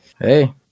Hey